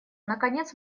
наконец